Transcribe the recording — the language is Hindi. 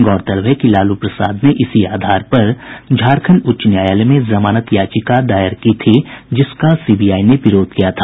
गौरतलब है कि लालू प्रसाद ने इसी आधार पर झारखंड उच्च न्यायालय में जमानत याचिका दायर की थी जिसका सीबीआई ने विरोध किया था